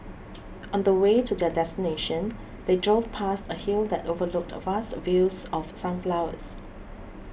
on the way to their destination they drove past a hill that overlooked a vast fields of sunflowers